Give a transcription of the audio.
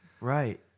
Right